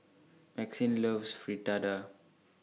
Maxine loves Fritada